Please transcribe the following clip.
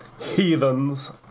Heathens